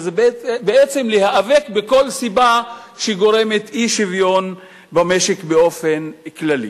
בעצם להיאבק בכל סיבה שגורמת אי-שוויון במשק באופן כללי.